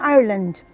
Ireland